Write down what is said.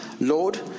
Lord